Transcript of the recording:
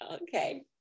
okay